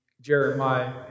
Jeremiah